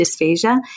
dysphagia